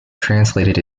translated